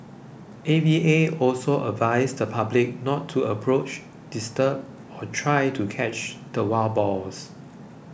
A V A also advised the public not to approach disturb or try to catch the wild boars